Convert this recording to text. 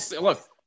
look